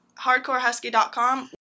hardcorehusky.com